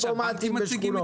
או מקורות, חופש מחירים.